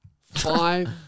Five